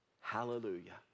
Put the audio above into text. Hallelujah